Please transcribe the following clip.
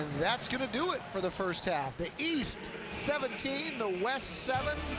that's going to do it for the first half. the east, seventeen. the west seven.